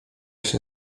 się